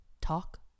talk